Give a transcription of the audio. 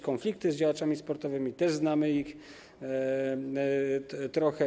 Konflikty z działaczami sportowymi, też znamy ich trochę.